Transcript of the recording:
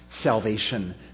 salvation